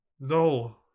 No